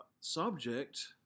subject